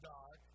God